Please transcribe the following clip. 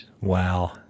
Wow